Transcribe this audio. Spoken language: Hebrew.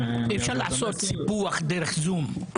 אי-אפשר לעשות סיפוח דרך זום.